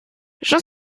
j’en